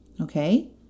Okay